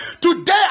Today